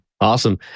Awesome